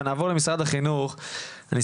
אבל אנחנו נעבור למשרד החינוך.